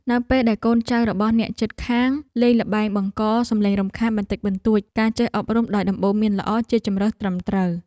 នៅពេលដែលកូនចៅរបស់អ្នកជិតខាងលេងល្បែងបង្កសំឡេងរំខានបន្តិចបន្តួចការចេះអប់រំដោយដំបូន្មានល្អជាជម្រើសត្រឹមត្រូវ។